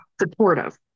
supportive